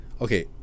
Okay